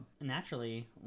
naturally